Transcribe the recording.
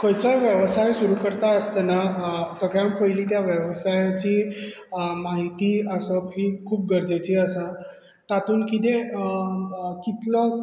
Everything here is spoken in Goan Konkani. खंयचोय वेवसाय सुरू करता आसतना सगळ्यांत पयली त्या वेवसायाची म्हायती आसप ही खूब गरजेची आसा तातूंत कितें कितलो